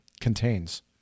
contains